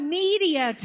media